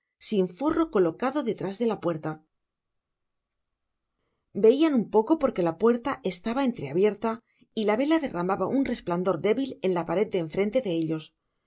sin forro colocado detrás de la puerta veian un poco porque la puerla estaba entreabierta y la vela derramaba un resplandor débil en la pared de enfrente de ellos